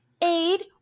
Aid